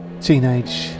teenage